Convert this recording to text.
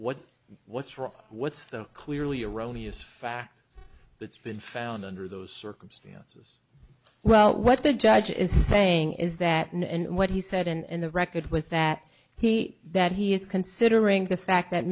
what what's wrong what's the clearly erroneous fact that's been found under those circumstances well what the judge is saying is that what he said and the record was that he that he is considering the fact that